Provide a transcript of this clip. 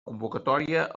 convocatòria